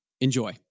Enjoy